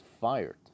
fired